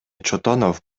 чотонов